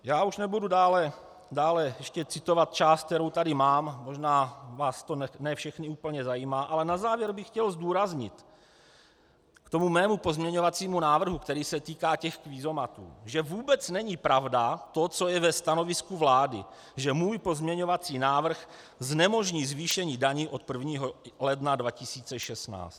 Já už nebudu dále ještě citovat část, kterou tady mám, možná vás to ne všechny úplně zajímá, ale na závěr bych chtěl zdůraznit k tomu svému pozměňovacímu návrhu, který se týká těch kvízomatů, že vůbec není pravda to, co je ve stanovisku vlády, že můj pozměňovací návrh znemožní zvýšení daní od 1. ledna 2016.